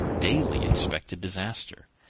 daily expected disaster.